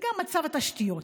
וגם מצב התשתיות,